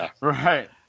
right